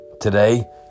Today